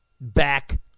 back